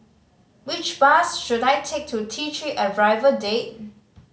which bus should I take to T Three Arrival Drive